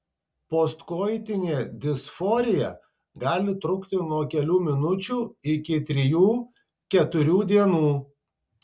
postkoitinė disforija gali trukti nuo kelių minučių iki trijų keturių dienų